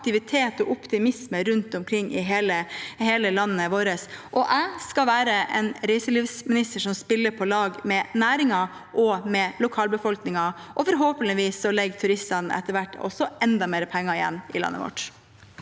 aktivitet og optimisme rundt omkring i hele landet vårt. Jeg skal være en reiselivsminister som spiller på lag med næringen og lokalbefolkningen, og forhåpentlig legger turistene etter hvert enda mer penger igjen i landet vårt.